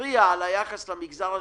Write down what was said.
מתריע על היחס למגזר השלישי.